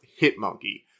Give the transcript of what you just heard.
Hitmonkey